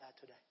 today